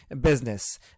business